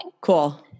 Cool